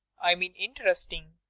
i mean interest ing.